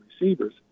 receivers